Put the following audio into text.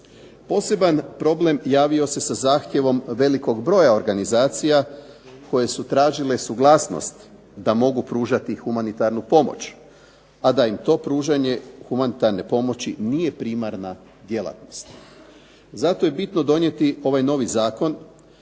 Poseban problem javio se zahtjevom velikog broja organizacija koje su tražile suglasnost da mogu pružati humanitarnu pomoć, a da im to pružanje humanitarne pomoći nije primarna djelatnost. Zato je bitno donijeti ovaj novi zakon